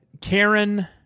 Karen